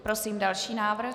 Prosím další návrh.